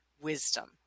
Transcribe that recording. wisdom